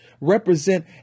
represent